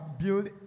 build